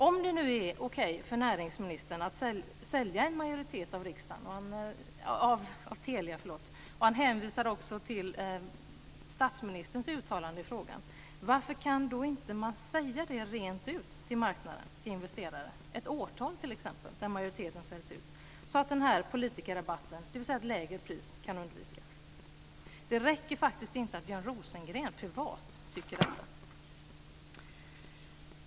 Om det nu är okej för näringsministern att sälja en majoritet av Telia - han hänvisar också till statsministerns uttalande i frågan - varför kan man inte säga det rent ut till marknaden och investerarna? Man skulle t.ex. kunna nämna ett årtal då majoriteten säljs ut, så att den här politikerrabatten, dvs. ett lägre pris, kan undvikas. Det räcker faktiskt inte att Björn Rosengren privat tycker detta.